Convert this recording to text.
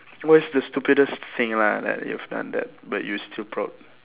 what is the stupidest thing lah that you've done that but you're still proud